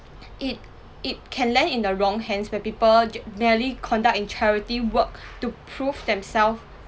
it it can land in the wrong hands where people ge~ merely conduct in charity work to prove themself